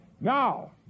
Now